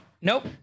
Nope